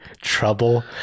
trouble